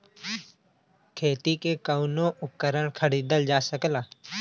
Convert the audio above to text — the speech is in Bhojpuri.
खेती के कउनो उपकरण खरीदल जा सकला